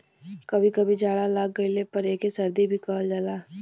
कभी कभी जाड़ा लाग गइले पर एके सर्दी भी कहल जाला